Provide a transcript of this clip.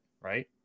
right